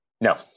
No